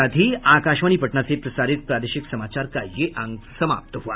इसके साथ ही आकाशवाणी पटना से प्रसारित प्रादेशिक समाचार का ये अंक समाप्त हुआ